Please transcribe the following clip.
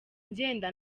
ngenda